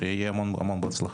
שיהיה המון-המון הצלחה.